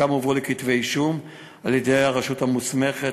חלקם הועברו לכתבי-אישום על-ידי הרשות המוסמכת,